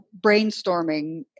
brainstorming